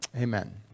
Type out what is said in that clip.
Amen